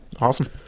Awesome